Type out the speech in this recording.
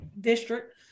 district